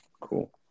cool